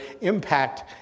impact